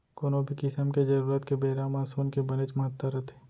कोनो भी किसम के जरूरत के बेरा म सोन के बनेच महत्ता रथे